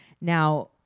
now